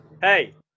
hey